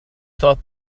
thought